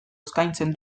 eskaintzen